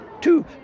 two